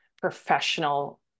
professional